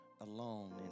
alone